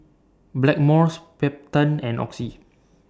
Blackmores Peptamen and Oxy